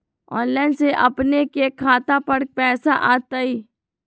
Online से अपने के खाता पर पैसा आ तई?